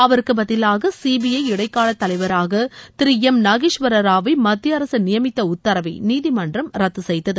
அவருக்கு பதிவாக சிபிஐ இடைக்கால தலைவராக திரு எம் நாகேஸ்வரராவை மத்திய அரசு நியமித்த உத்தரவை நீதிமன்றம் ரத்து செய்தது